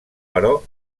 però